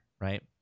right